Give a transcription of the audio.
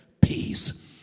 peace